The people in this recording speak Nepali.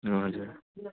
हजुर